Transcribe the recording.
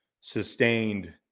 sustained